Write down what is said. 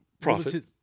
Profit